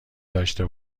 داشته